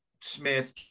Smith